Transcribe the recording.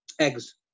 Eggs